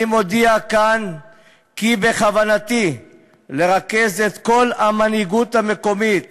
אני מודיע כאן כי בכוונתי לרכז את כל המנהיגות המקומית